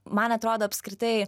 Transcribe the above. man atrodo apskritai